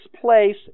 place